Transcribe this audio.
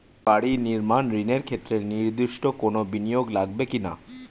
বাড়ি নির্মাণ ঋণের ক্ষেত্রে নির্দিষ্ট কোনো বিনিয়োগ লাগবে কি না?